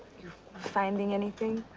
you, finding anything?